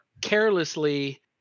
carelessly